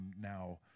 now